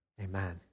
amen